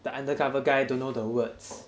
the undercover guy don't know the words